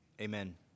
Amen